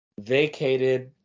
vacated